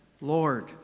Lord